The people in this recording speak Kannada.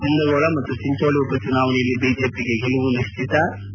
ಕುಂದಗೋಳ ಚಿಂಚೋಳಿ ಉಪ ಚುನಾವಣೆಯಲ್ಲಿ ಬಿಜೆಪಿಗೆ ಗೆಲುವು ನಿಶ್ಚಿತ ಬಿ